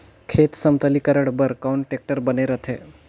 खेत समतलीकरण बर कौन टेक्टर बने रथे?